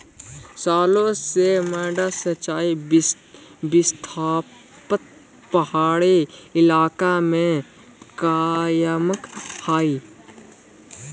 सालो से मड्डा सिंचाई व्यवस्था पहाड़ी इलाका में कायम हइ